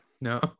No